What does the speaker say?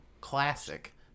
classic